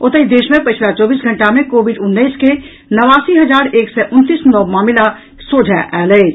ओतहि देश मे पछिला चौबीस घंटा मे कोविड उन्नैस के नवासी हजार एक सय उनतीस नव मामिला सोझा आयल अछि